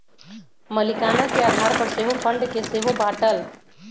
मलीकाना के आधार पर सेहो फंड के सेहो बाटल